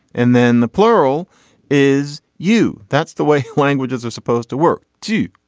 and then the plural is you. that's the way languages are supposed to work too.